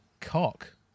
cock